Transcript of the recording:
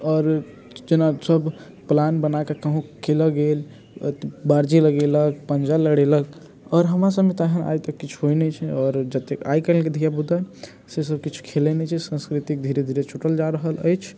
आओर जेना सभ प्लान बनाकऽ कहुँ खेलऽ गेल बारजी लगेलक आओर पञ्जा लड़ेलक आओर हमरा सभमे तऽ आइ तक किछु होइत नहि छै आओर जतेक आइ कालहि के धियापुता से सभ किछु खेलैत नहि छै सन्स्कृतिक धीरे धीरे छुटल जा रहल अछि